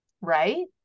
right